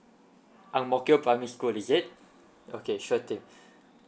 ang mo kio primary school is it okay sure thing